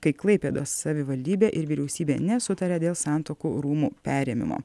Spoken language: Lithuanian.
kai klaipėdos savivaldybė ir vyriausybė nesutaria dėl santuokų rūmų perėmimo